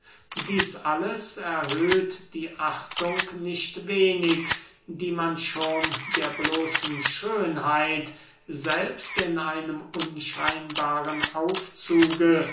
dieß alles erhöht die achtung nicht wenig die man schon der bloßen schönheit selbst in einem unscheinbaren aufzuge